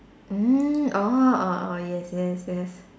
mm orh orh orh yes yes yes